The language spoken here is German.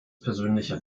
persönlicher